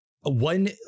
one